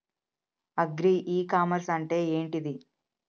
Agri e commerce అంటే ఏంటిది?